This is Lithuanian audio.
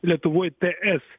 lietuvoj t s